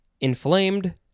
Inflamed